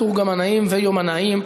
מתורגמנים ויומנאים),